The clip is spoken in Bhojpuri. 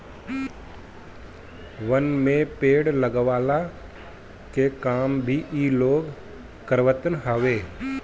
वन में पेड़ लगवला के काम भी इ लोग करवावत हवे